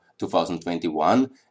2021